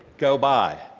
go by,